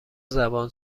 زبان